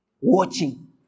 watching